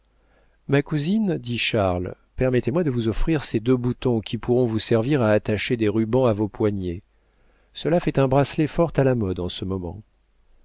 ma cousine dit charles permettez-moi de vous offrir ces deux boutons qui pourront vous servir à attacher des rubans à vos poignets cela fait un bracelet fort à la mode en ce moment